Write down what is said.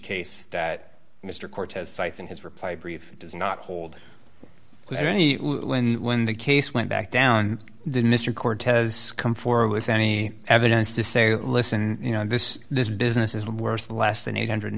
case that mr cortez cites in his reply brief does not hold any when the case went back down did mr cortez come forward any evidence to say listen you know this this business is worth less than eight hundred and